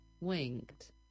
winked